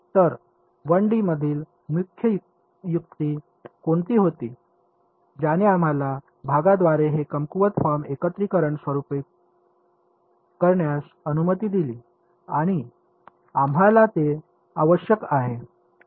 तर 1 डी मधील मुख्य युक्ती कोणती होती ज्याने आम्हाला भागांद्वारे हे कमकुवत फॉर्म एकत्रीकरणात रूपांतरित करण्यास अनुमती दिली आणि आम्हाला ते आवश्यक आहे कारण